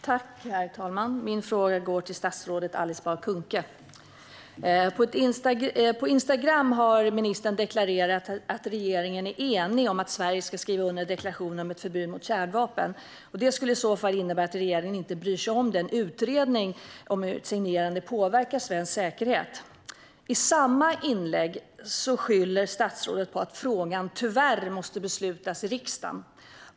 Herr talman! Min fråga går till statsrådet Alice Bah Kuhnke. På Instagram har ministern deklarerat att regeringen är enig om att Sverige ska skriva under deklarationen om ett förbud mot kärnvapen. Det skulle i så fall innebära att regeringen inte bryr sig om utredningen om hur ett signerande påverkar svensk säkerhet. I samma inlägg skriver statsrådet att frågan tyvärr måste beslutas i riksdagen.